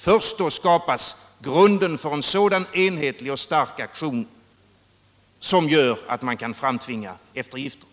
Först då skapas grunden för en sådan enhetlig och stark aktion som gör att man kan framtvinga eftergifter.